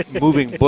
moving